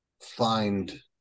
find